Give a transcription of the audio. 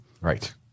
Right